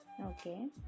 okay